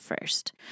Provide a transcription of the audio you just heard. first